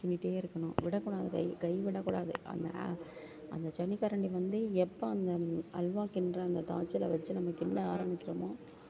கிண்டிகிட்டே இருக்கணும் விடக்கூடாது கை கை விடக்கூடாது அந்த அந்த ஜன்னி கரண்டி வந்து எப்போ அந்த அல்வா கிண்டுற அந்த வச்சு நம்ம கிண்ட ஆரம்பிக்கிறோமோ